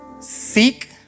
Seek